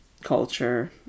culture